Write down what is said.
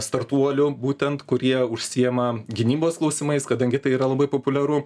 startuolių būtent kurie užsiima gynybos klausimais kadangi tai yra labai populiaru